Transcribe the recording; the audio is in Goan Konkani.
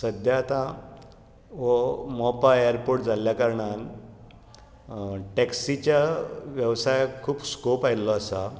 सद्या आतां हो मोपा एरपोर्ट जाल्ल्या कारणान टॅक्सिच्या वेवसायाक खूब स्कोप आयिल्लो आसा